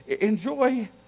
Enjoy